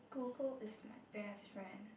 Google is my best friend